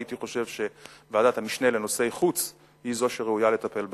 הייתי חושב שוועדת משנה לנושאי חוץ היא זאת שראויה לטפל בכך.